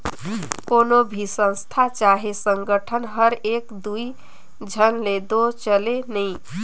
कोनो भी संस्था चहे संगठन हर एक दुई झन ले दो चले नई